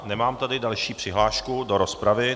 Nemám tady další přihlášku do rozpravu.